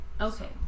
okay